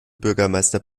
bürgermeister